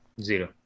Zero